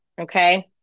Okay